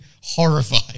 horrified